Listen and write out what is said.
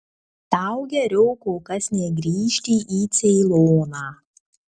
tau geriau kol kas negrįžti į ceiloną